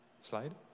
slide